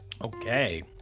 Okay